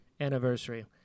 anniversary